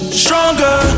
stronger